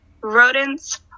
rodents